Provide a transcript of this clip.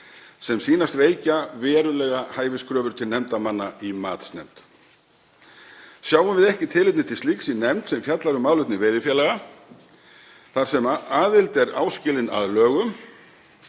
sem sýnast veikja verulega hæfiskröfur til nefndarmanna í matsnefnd. Sjáum við ekki tilefni til slíks í nefnd sem fjallar um málefni veiðifélaga þar sem aðild er áskilin að lögum